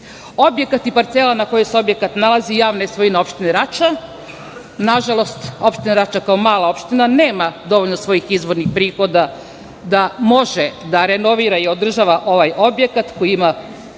ljude. Objekat i parcela na kojoj se objekat nalazi javna je svojina opštine Rača. Nažalost opština Rača kao mala opština nema dovoljno svojih izvornih prihoda da može da renovira i održava ovaj objekat koji ima prilično